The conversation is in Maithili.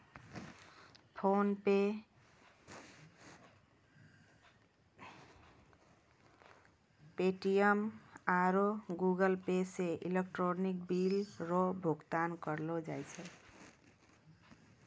फोनपे पे.टी.एम आरु गूगलपे से इलेक्ट्रॉनिक बिल रो भुगतान करलो जाय छै